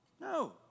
No